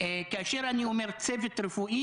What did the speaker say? כאשר אני אומר "צוות רפואי",